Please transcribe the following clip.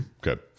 Good